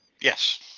yes